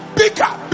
bigger